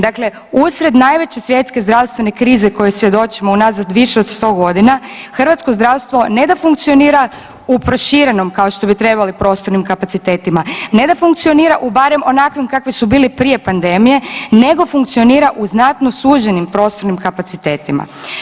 Dakle, usred najveće svjetske zdravstvene krize kojom svjedočimo unazad više od 100.g. hrvatsko zdravstvo ne da funkcionira u proširenom kao što bi trebalo prostornim kapacitetima, ne da funkcionira u barem onakvim kakvi su bili prije pandemije, nego funkcionira u znatno suženim prostornim kapacitetima.